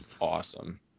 awesome